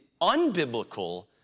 unbiblical